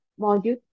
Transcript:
module